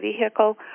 vehicle